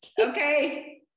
Okay